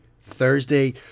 thursday